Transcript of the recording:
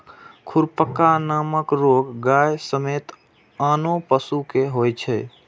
खुरपका नामक रोग गाय समेत आनो पशु कें होइ छै